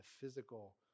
physical